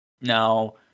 Now